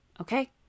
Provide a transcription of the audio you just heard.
Okay